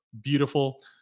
Beautiful